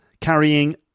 carrying